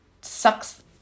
sucks